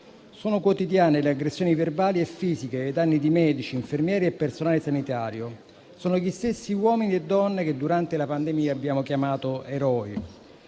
Sono quotidiane le aggressioni verbali e fisiche ai danni di medici, infermieri e personale sanitario, che sono gli stessi uomini e donne che durante la pandemia abbiamo chiamato eroi.